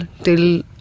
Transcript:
till